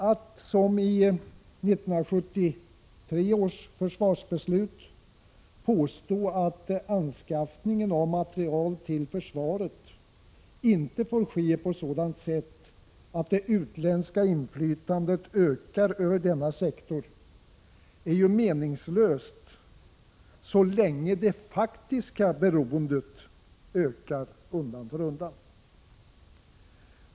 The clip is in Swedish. Att — som i 1972 års försvarsbeslut — påstå att anskaffningen av materiel till försvaret inte får ske på sådant sätt att det utländska inflytandet ökar över denna sektor är meningslöst så länge det faktiska beroendet ökar undan för undan.